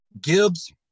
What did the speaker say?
Gibbs